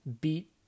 beat